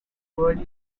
world